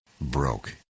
broke